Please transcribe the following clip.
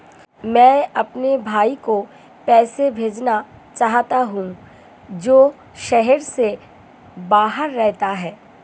मैं अपने भाई को पैसे भेजना चाहता हूँ जो शहर से बाहर रहता है